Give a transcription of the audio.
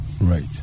Right